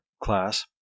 class